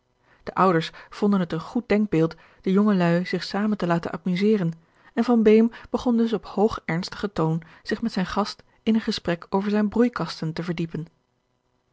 de ouders vonden het een goed denkbeeld de jongeluî zich zamen te laten amuseren en van beem begon dus op hoog ernstigen toon zich met zijn gast in een gesprek over zijne broeikasten te verdiepen